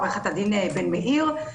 עוה"ד בן מאיר,